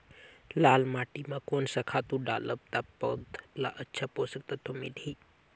लाल माटी मां कोन सा खातु डालब ता पौध ला अच्छा पोषक तत्व मिलही?